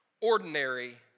ordinary